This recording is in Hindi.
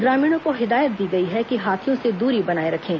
ग्रामीणों को हिदायत दी गई है कि हाथियों से दूरी बनाए रखें